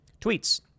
tweets